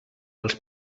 els